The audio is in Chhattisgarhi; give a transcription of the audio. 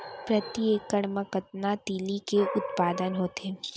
प्रति एकड़ मा कतना तिलि के उत्पादन होथे?